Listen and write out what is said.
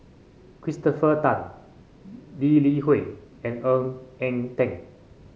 Christopher Tan Lee Li Hui and Ng Eng Teng